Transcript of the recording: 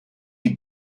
die